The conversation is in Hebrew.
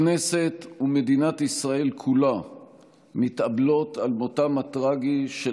הכנסת ומדינת ישראל כולה מתאבלות על מותם הטרגי של